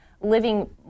living